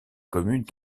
commune